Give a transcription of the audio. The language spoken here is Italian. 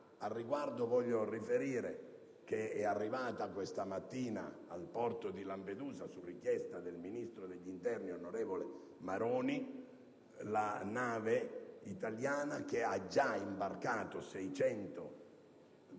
voglio riferire che è arrivata questa mattina al porto di Lampedusa, su richiesta del ministro degli interni onorevole Maroni, la nave italiana che ha già imbarcato 600 immigrati